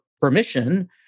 permission